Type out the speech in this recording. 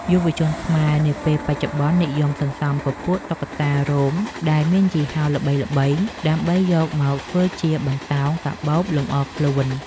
យុវជនខ្មែរនាពេលបច្ចុប្បន្ននិយមសន្សំពពួកតុក្កតារោមដែលមានយីហោល្បីៗ ដើម្បីយកមកធ្វើជាបន្តោងកាបូបលម្អខ្លួន។